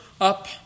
up